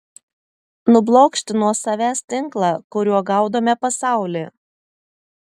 nublokšti nuo savęs tinklą kuriuo gaudome pasaulį